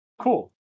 Cool